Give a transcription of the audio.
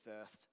first